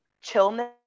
chillness